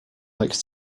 likes